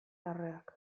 larreak